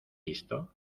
visto